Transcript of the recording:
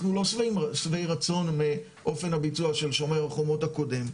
אנחנו לא שבעי רצון מאופן הביצוע של שומר חומות הקודם.